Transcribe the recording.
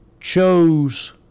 chose